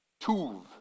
Tuv